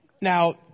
now